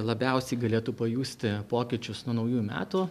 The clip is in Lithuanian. labiausiai galėtų pajusti pokyčius nuo naujųjų metų